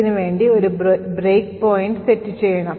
ഇതിനുവേണ്ടി ഒരു breakpoint set ചെയ്യണം